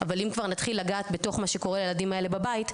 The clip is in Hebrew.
אבל אם כבר נתחיל לגעת בתוך מה שקורה לילדים האלה בבית,